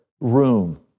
room